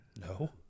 No